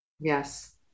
Yes